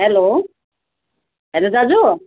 hello hello दाजु